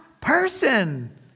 person